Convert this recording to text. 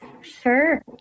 Sure